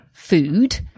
food